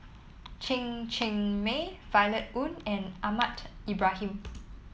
Chen Cheng Mei Violet Oon and Ahmad Ibrahim